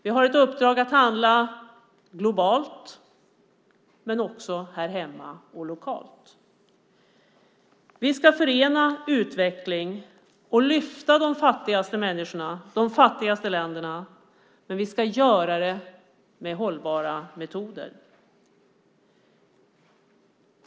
Vi har ett uppdrag att handla globalt men också här hemma och lokalt. Vi ska förena utveckling och lyfta upp de fattigaste länderna, men vi ska göra det med hållbara metoder.